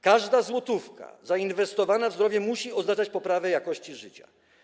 Każda złotówka zainwestowana w zdrowie musi oznaczać poprawę jakości życia.